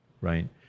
right